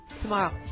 Tomorrow